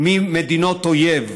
ממדינות אויב,